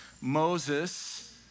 Moses